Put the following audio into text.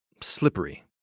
slippery